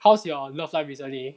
how's your love life recently